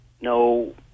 no